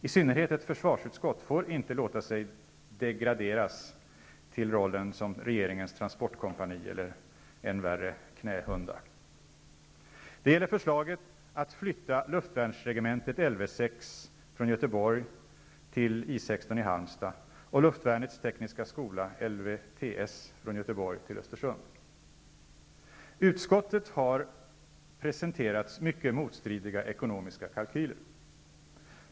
I synnerhet ett försvarsutskott får inte låta sig degraderas till rollen som regeringens transportkompani eller än värre knähundar. Östersund. Utskottet har presenterats mycket motstridiga ekonomiska kalkyler.